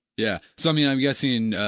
yeah so, i mean i am guessing,